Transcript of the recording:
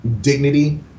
dignity